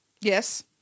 Yes